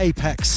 Apex